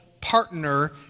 partner